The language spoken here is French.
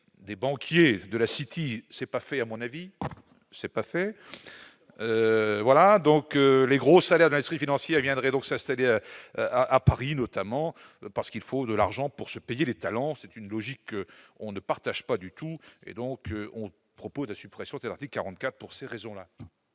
des banquiers de la City, c'est pas fait à mon avis, c'est pas fait, voilà donc les gros salaires Nasri financière viendrait donc ça stagne à Paris, notamment parce qu'il faut de l'argent pour se payer les talents, c'est une logique on ne partage pas du tout, et donc on propose la suppression thématique 44 pour ces raisons-là.